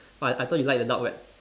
but I I thought you like the dark web